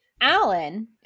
Alan